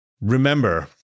Remember